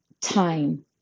time